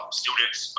students